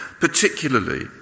particularly